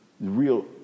real